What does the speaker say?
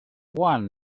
one